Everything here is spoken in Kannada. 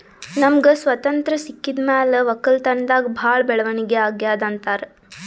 ನಮ್ಗ್ ಸ್ವತಂತ್ರ್ ಸಿಕ್ಕಿದ್ ಮ್ಯಾಲ್ ವಕ್ಕಲತನ್ದಾಗ್ ಭಾಳ್ ಬೆಳವಣಿಗ್ ಅಗ್ಯಾದ್ ಅಂತಾರ್